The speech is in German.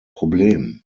problem